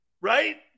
right